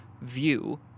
view